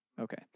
Okay